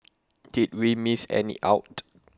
did we miss any out